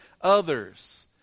others